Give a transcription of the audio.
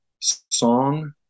song